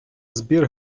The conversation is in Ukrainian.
збір